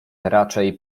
raczej